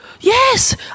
Yes